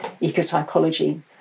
eco-psychology